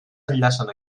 enllacen